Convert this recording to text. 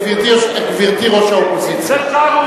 גברתי יושבת-ראש האופוזיציה, זו שערורייה.